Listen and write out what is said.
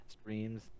streams